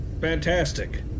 Fantastic